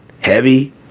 heavy